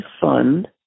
fund